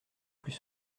plus